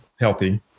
healthy